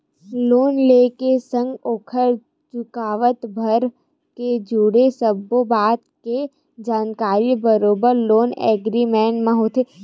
loan ले के संग ओखर चुकावत भर ले जुड़े सब्बो बात के जानकारी बरोबर लोन एग्रीमेंट म होथे